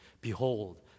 Behold